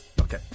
Okay